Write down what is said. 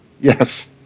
Yes